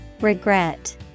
Regret